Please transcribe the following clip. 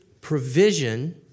provision